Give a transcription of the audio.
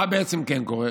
מה כן קורה?